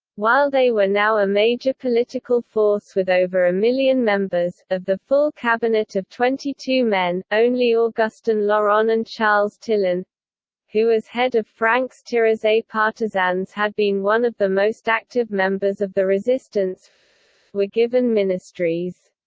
while they were now a major political force with over a million members, of the full cabinet of twenty two men, only ah augustin laurent and charles tillon who as head of francs-tireurs et partisans had been one of the most active members of the resistance were given ministries.